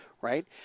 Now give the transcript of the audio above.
Right